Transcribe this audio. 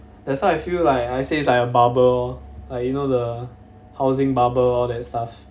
that's why I feel like I say it's like a bubble lor like you know the housing bubble all that stuff